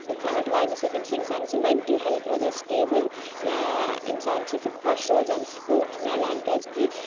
ژھانٛٹھ واینہِ سۭتٮ۪ن چھُ اِنسانَس سُہ مٮ۪نٹَل ہیٚلتھ روزان سِٹیبُل یا اِنسان چھُ سُہ خۄش روزان سکوٗن چھُ میلان کیٛازِکہِ